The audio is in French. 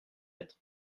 lettre